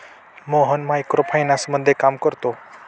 Mohan micro फायनान्समध्ये काम करतो